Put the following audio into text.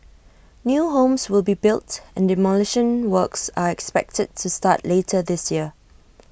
new homes will be built and demolition works are expected to start later this year